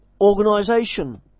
organization